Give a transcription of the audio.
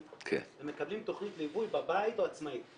והם מקבלים תכנית ליווי בבית או עצמאית.